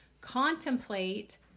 Contemplate